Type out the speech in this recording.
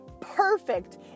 perfect